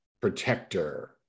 protector